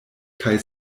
kaj